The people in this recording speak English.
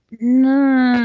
no,